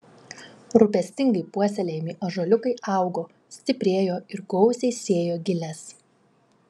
rūpestingai puoselėjami ąžuoliukai augo stiprėjo ir gausiai sėjo giles